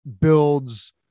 builds